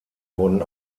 wurden